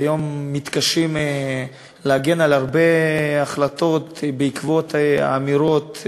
היום מתקשים להגן על הרבה החלטות בעקבות האמירות,